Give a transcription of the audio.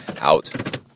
Out